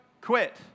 quit